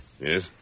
Yes